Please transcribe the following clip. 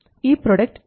ഈ പ്രൊഡക്ട് 4